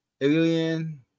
alien